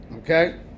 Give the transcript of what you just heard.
Okay